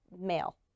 male